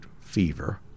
Fever